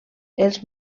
els